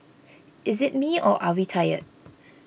is it me or are we tired